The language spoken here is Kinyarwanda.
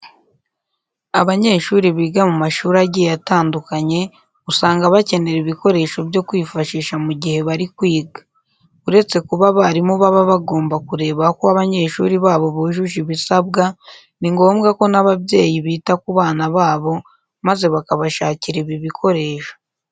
Abanyeshuri biga mu mashuri agiye atandukanye usanga bakenera ibikoresho byo kwifashisha mu gihe bari kwiga. Uretse kuba abarimu baba bagomba kureba ko abanyeshuri babo bujuje ibisabwa, ni ngombwa ko n'ababyeyi bita ku bana babo maze bakabashakira ibi bikoresho.